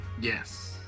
Yes